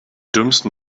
dümmsten